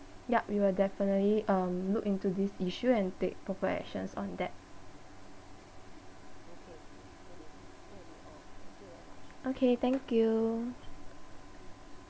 yup we will definitely um look into this issue and take proper actions on that okay thank you